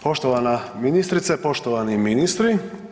Poštovana ministrice, poštovani ministri.